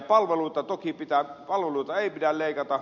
palveluita ei pidä leikata